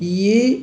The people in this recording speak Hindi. ये